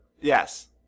Yes